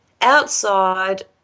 outside